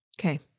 Okay